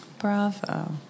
Bravo